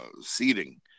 seating